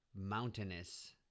mountainous